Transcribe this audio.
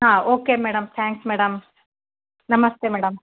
ಹಾಂ okay madam thanks madam ನಮಸ್ತೆ madam